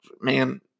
Man